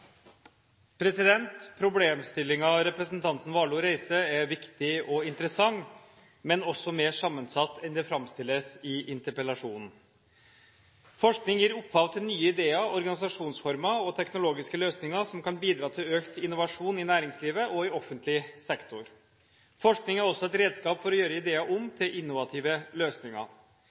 representanten Warloe reiser, er viktig og interessant, men også mer sammensatt enn det framstilles i interpellasjonen. Forskning gir opphav til nye ideer, organisasjonsformer og teknologiske løsninger som kan bidra til økt innovasjon i næringslivet og offentlig sektor. Forskning er også et redskap for å gjøre ideer om til innovative løsninger.